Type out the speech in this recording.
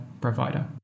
provider